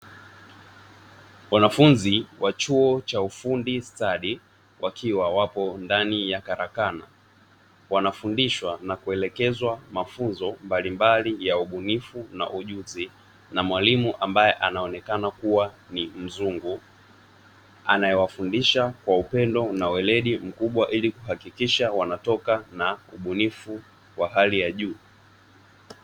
Wanafunzi wa chuo cha ufundi stadi wakiwa wapo ndani ya karakana wanafundishwa na kuelekezwa mafunzo mbalimbali ya ubunifu na ujuzi na mwalimu ambaye anaonekana kuwa ni mzungu anayewafundisha kwa upendo na weledi mkubwa ili kuhakikisha wanatoka na ubunifu wa hali ya juu.